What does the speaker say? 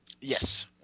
Yes